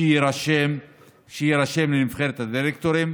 שיירשם לנבחרת הדירקטורים.